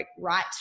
right